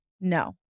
No